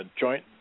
joint